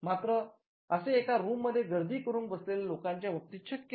मात्र असे एकाच रूममध्ये गर्दी करून बसलेल्या लोकांच्या बाबतीत शक्य नाही